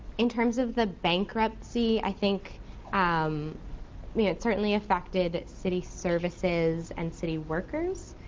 in terms of the bankruptcy, i think um i mean it certainly affected city services and city workers.